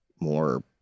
more